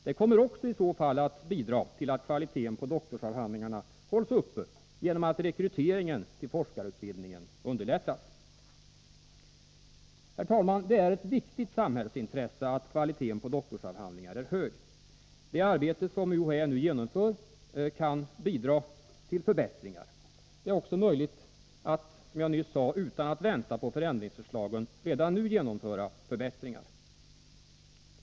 Det kommer i så fall också att bidra till att kvaliteten på doktorsavhandlingarna hålls uppe genom att rekryteringen till forskarutbildningen underlättas. Herr talman! Det är ett viktigt samhällsintresse att kvaliteten på doktorsavhandlingar är hög. Det arbete som UHÄ nu genomför kan bidra till förbättringar. Det är också möjligt att, som jag nyss sade, utan att vänta på förändringsförslagen redan nu genomföra förbättringar.